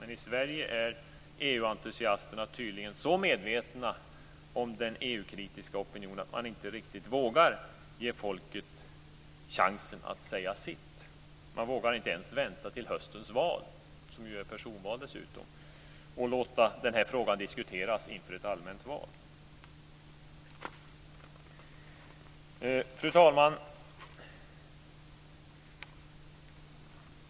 Men i Sverige är EU-entusiasterna tydligen så medvetna om den EU kritiska opinionen att man inte riktigt vågar ge folket chansen att säga sitt. Man vågar inte ens vänta till höstens val, som ju dessutom är ett personval, och låta frågan diskuteras inför ett allmänt val. Fru talman!